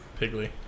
piggly